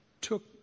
took